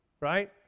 right